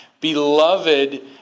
Beloved